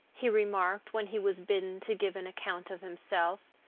he remarked, when he was bidden to give an account of himself,